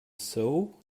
sow